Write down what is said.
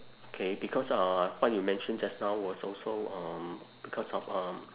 K because uh what you mention just now was also um because of um